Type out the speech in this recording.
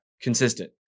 consistent